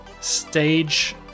stage